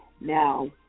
Now